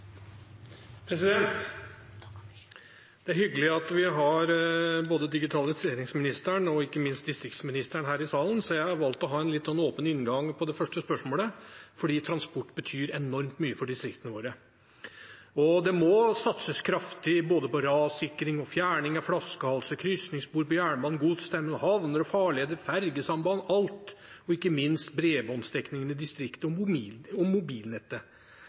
hyggelig at vi har både digitaliseringsministeren og ikke minst distriktsministeren her i salen, så jeg har valgt å ha en litt åpen inngang på det første spørsmålet, for transport betyr enormt mye for distriktene våre. Det må satses kraftig på både rassikring og fjerning av flaskehalser, krysningsspor på jernbane, godsterminaler, havner, farleder, fergesamband – alt – og ikke minst på bredbåndsdekningen i distriktet og på mobilnettet.